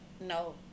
No